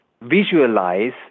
visualize